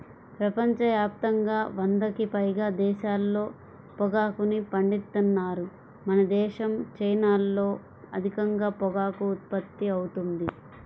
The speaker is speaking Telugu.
ప్రపంచ యాప్తంగా వందకి పైగా దేశాల్లో పొగాకుని పండిత్తన్నారు మనదేశం, చైనాల్లో అధికంగా పొగాకు ఉత్పత్తి అవుతుంది